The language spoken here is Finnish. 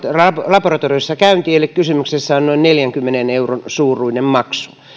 laboratoriossa käynti eli kysymyksessä on noin neljänkymmenen euron suuruinen maksu niin